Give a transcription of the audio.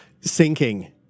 sinking